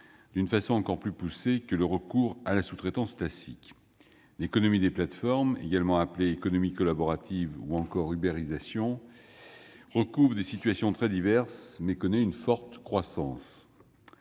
de façon encore plus poussée que le recours à la sous-traitance « classique ». L'économie des plateformes, également appelée « économie collaborative » ou encore « ubérisation », recouvre des situations très diverses, mais connaît une forte croissance.